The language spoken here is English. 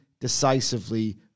decisively